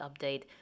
update